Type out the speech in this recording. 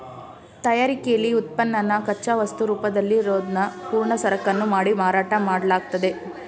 ತಯಾರಿಕೆಲಿ ಉತ್ಪನ್ನನ ಕಚ್ಚಾವಸ್ತು ರೂಪದಲ್ಲಿರೋದ್ನ ಪೂರ್ಣ ಸರಕನ್ನು ಮಾಡಿ ಮಾರಾಟ ಮಾಡ್ಲಾಗ್ತದೆ